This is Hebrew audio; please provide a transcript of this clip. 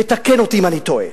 ותקן אותי אם אני טועה.